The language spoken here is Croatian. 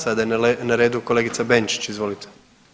Sada je na redu kolegica Benčić, izvolite.